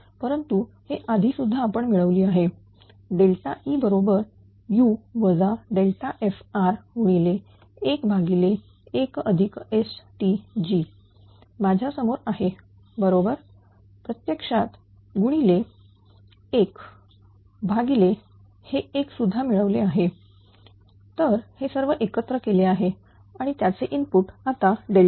परंतु हे आधी सुद्धा आपण मिळवली आहेE बरोबर 1 1STg माझ्यासमोर आहे बरोबर प्रत्यक्षात गुणिले 1 भागिले हे एक सुद्धा मिळवले आहे तर हे सर्व एकत्र केले आहे आणि त्याचे इनपुट आता f